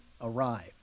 arrived